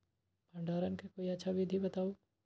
भंडारण के कोई अच्छा विधि बताउ?